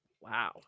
Wow